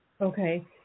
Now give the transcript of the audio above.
Okay